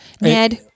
Ned